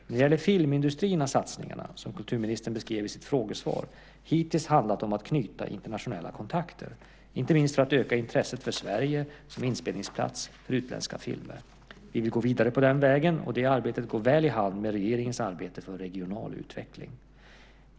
När det gäller filmindustrin har satsningarna, som kulturministern beskrev i sitt frågesvar, hittills handlat om att knyta internationella kontakter, inte minst för att öka intresset för Sverige som inspelningsplats för utländska filmer. Vi vill gå vidare på den vägen, och det arbetet går väl i hand med regeringens arbete för regional utveckling.